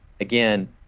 again